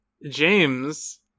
James